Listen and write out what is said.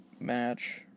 Match